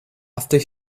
after